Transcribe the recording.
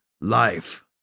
life